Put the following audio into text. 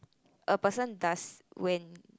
a person does when